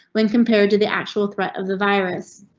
when compared to the actual threat of the virus,